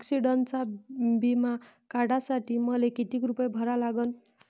ॲक्सिडंटचा बिमा काढा साठी मले किती रूपे भरा लागन?